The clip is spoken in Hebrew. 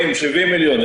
70 מיליון.